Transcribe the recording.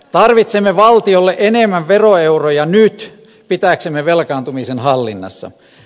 tarvitsemme valtiolle enemmän veroeuroja nyt pitääksemme velkaantumisen hallinnassa